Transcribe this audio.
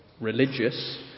religious